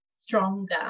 stronger